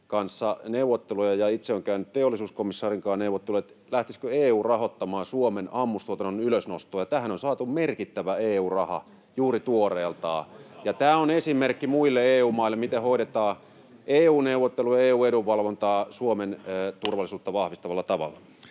kanssa neuvotteluja, ja itse olen käynyt teollisuuskomissaarin kanssa neuvotteluja siitä, lähtisikö EU rahoittamaan Suomen ammustuotannon ylösnostoa. Ja tähän on saatu merkittävä EU-raha juuri tuoreeltaan. [Oikealta: Hienoa!] Tämä on esimerkki muille EU-maille, miten hoidetaan EU-neuvottelua ja EU-edunvalvontaa Suomen turvallisuutta vahvistavalla tavalla.